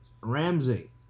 Ramsey